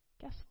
Guess